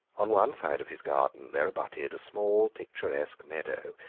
on one side of his garden there abutted a small, picturesque meadow,